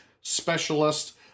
specialist